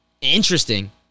interesting